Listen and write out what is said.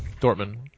Dortmund